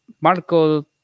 Marco